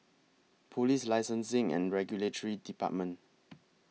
Police Licensing and Regulatory department